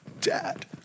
Dad